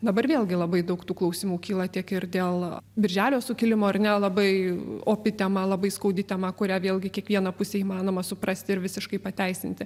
dabar vėlgi labai daug tų klausimų kyla tiek ir dėl birželio sukilimo ar ne labai opi tema labai skaudi tema kurią vėlgi kiekvieną pusę įmanoma suprasti ir visiškai pateisinti